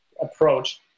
approach